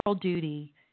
duty